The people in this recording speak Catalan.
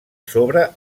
sobre